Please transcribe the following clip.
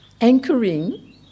anchoring